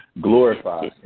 glorify